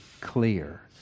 clear